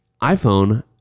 iPhone